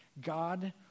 God